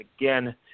again